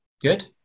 Good